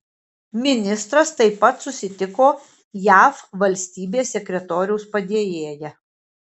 ministras taip pat susitiko jav valstybės sekretoriaus padėjėja